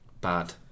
Bad